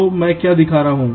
तो मैं क्या दिखा रहा हूं